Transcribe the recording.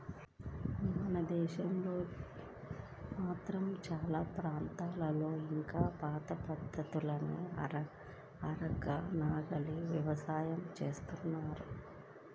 మన దేశంలో మాత్రం చానా ప్రాంతాల్లో ఇంకా పాత పద్ధతుల్లోనే అరక, నాగలి యవసాయం జేత్తన్నారు